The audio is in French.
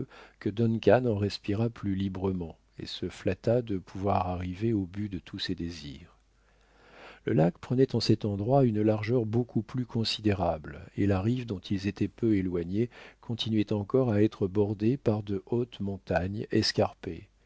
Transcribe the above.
que duncan en respira plus librement et se flatta de pouvoir arriver au but de tous ses désirs le lac prenait en cet endroit une largeur beaucoup plus considérable et la rive dont ils étaient peu éloignés continuait encore à être bordée par de hautes montagnes